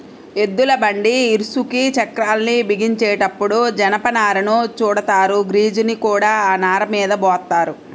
ఎద్దుల బండి ఇరుసుకి చక్రాల్ని బిగించేటప్పుడు జనపనారను చుడతారు, గ్రీజుని కూడా ఆ నారమీద పోత్తారు